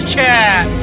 Chat